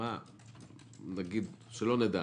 שלא נדע,